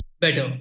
better